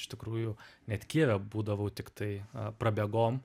iš tikrųjų net kijeve būdavau tiktai prabėgom